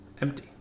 empty